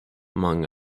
among